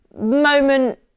moment